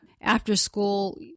after-school